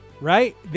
Right